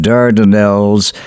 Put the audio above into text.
Dardanelles